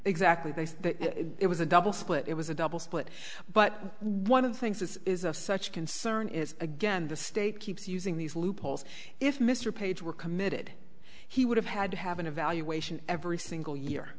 exactly they said it was a double split it was a double split but one of the things that is of such concern is again the state keeps using these loopholes if mr page were committed he would have had to have an evaluation every single year